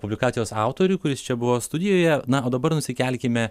publikacijos autoriui kuris čia buvo studijoje na o dabar nusikelkime